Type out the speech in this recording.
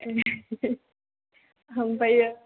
ए ओमफ्रायो